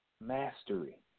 mastery